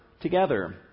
together